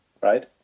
right